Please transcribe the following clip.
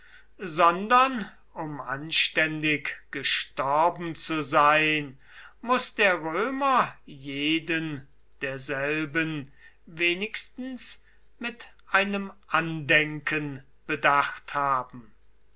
sondern um anständig gestorben zu sein muß der römer jeden derselben wenigstens mit einem andenken bedacht haben